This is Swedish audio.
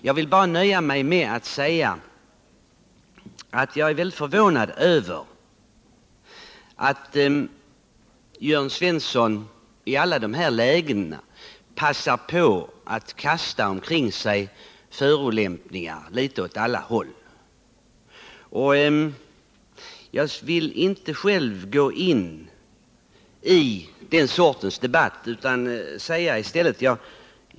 Jag nöjer mig därför med att säga att jag är förvånad över att Jörn Svensson i alla sådana lägen passar på att kasta omkring sig förolämpningar åt alla håll. Den sortens debatt vill jag inte gå in i.